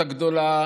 הגדולה,